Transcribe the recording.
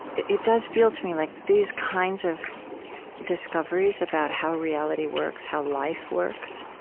it it does feel to me like these kinds of discoveries about how reality works, how life works,